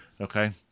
Okay